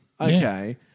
okay